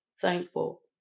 thankful